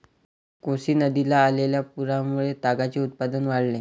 कोसी नदीला आलेल्या पुरामुळे तागाचे उत्पादन वाढले